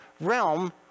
realm